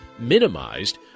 minimized